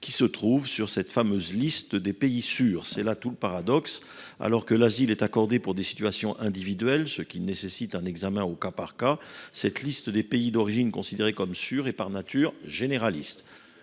inscrit sur cette fameuse liste des pays d’origine sûrs. C’est là tout le paradoxe : alors que l’asile est accordé pour des situations individuelles, ce qui nécessite un examen au cas par cas, cette liste des pays d’origine considérés comme sûrs est, par nature, généraliste.